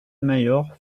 mayor